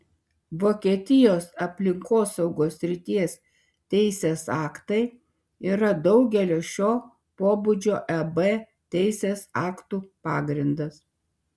vokietijos aplinkosaugos srities teisės aktai yra daugelio šio pobūdžio eb teisės aktų pagrindas